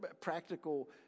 practical